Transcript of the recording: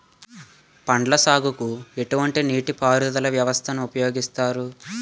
పండ్ల సాగుకు ఎటువంటి నీటి పారుదల వ్యవస్థను ఉపయోగిస్తారు?